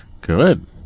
Good